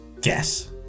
guess